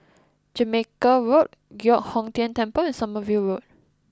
Jamaica Road Giok Hong Tian Temple and Sommerville Road